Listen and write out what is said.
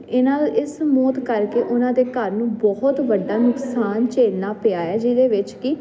ਇਹਨਾਂ ਇਸ ਮੌਤ ਕਰਕੇ ਉਹਨਾਂ ਦੇ ਘਰ ਨੂੰ ਬਹੁਤ ਵੱਡਾ ਨੁਕਸਾਨ ਝੇਲਣਾ ਪਿਆ ਐ ਜਿਹਦੇ ਵਿੱਚ ਕੀ